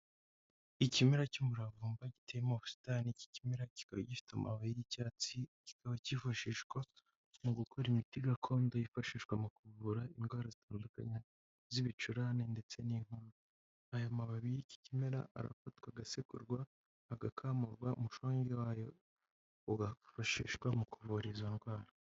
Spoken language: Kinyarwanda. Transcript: Ikimera cy'umuravumba giteye mu busitani iki kimera kikaba gifite amababuye y'icyatsi kikaba kifashishwa mu gukora imiti gakondo yifashishwa mu kuvura indwara zitandukanye z'ibicurane ndetse n'inkorora; aya mababi y'iki kimera arafatwa agasekurwa agakamurwa umushonge wayo ugafashishwa mu kuvura izo ndwara.